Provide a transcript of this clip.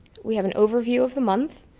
we have an overview of the month,